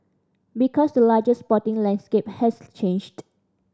because the larger sporting landscape has changed